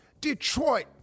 Detroit